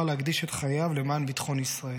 להקדיש את חייו למען ביטחון ישראל.